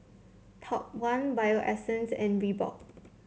Top One Bio Essence and Reebok